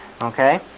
okay